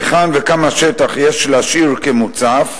היכן וכמה שטח יש להשאיר מוצף,